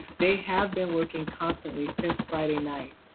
they have been working constantly since friday night.